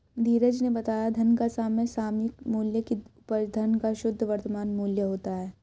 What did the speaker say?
धीरज ने बताया धन का समसामयिक मूल्य की उपज धन का शुद्ध वर्तमान मूल्य होता है